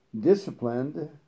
disciplined